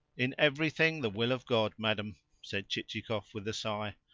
in everything the will of god, madam, said chichikov with a sigh.